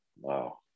wow